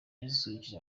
yasusurukije